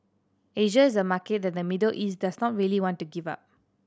Asia is a market that the Middle East does not really want to give up